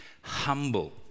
humble